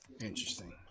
Interesting